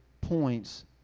points